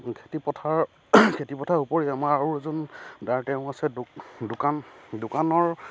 খেতি পথাৰ খেতি পথাৰৰ উপৰি আমাৰ আৰু এজন দাই তেওঁ আছে দোকান দোকানৰ